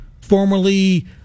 formerly